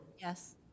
Yes